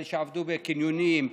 אלה שעבדו בקניונים,